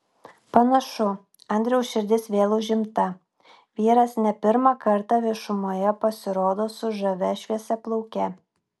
panašu andriaus širdis vėl užimta vyras ne pirmą kartą viešumoje pasirodo su žavia šviesiaplauke